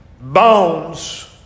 bones